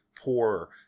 poorer